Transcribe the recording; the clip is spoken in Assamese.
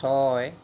ছয়